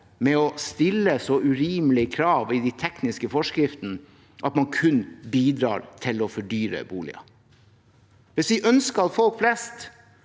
med å stille så urimelige krav i de tekniske forskriftene at man kun bidrar til å fordyre boliger. Hvis vi ønsker at folk flest